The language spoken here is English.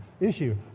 issue